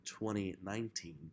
2019